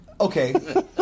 Okay